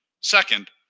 Second